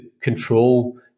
control